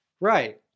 Right